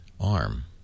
ARM